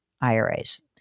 IRAs